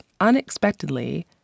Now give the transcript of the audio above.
Unexpectedly